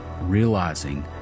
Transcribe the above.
realizing